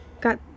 got